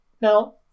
Now